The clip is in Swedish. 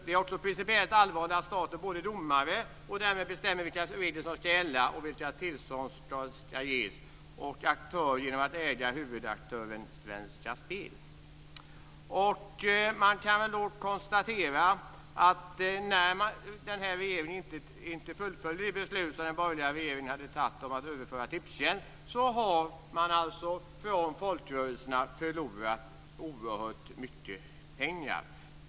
Det är också principiellt allvarligt att staten är både domare, och bestämmer vilka regler som ska gälla och vilka tillstånd som ska ges, och aktör genom att äga huvudaktören Att den här regeringen inte fullföljde det beslut som den borgerliga regeringen fattade om att överföra Tipstjänst till föreningslivet har inneburit att folkrörelserna har förlorat oerhört mycket pengar.